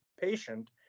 patient